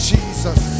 Jesus